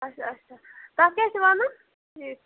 اچھا اچھا تَتھ کیٛاہ چھِ وَنان ٹھیٖک